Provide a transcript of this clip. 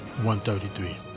133